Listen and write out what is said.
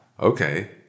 Okay